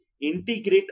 integrate